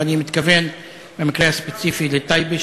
ואני מתכוון במקרה הספציפי לטייבה,